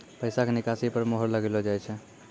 पैसा के निकासी पर मोहर लगाइलो जाय छै